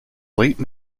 late